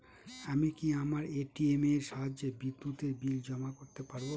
আমি কি আমার এ.টি.এম এর সাহায্যে বিদ্যুতের বিল জমা করতে পারব?